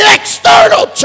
external